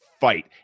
fight